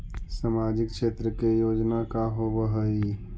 सामाजिक क्षेत्र के योजना का होव हइ?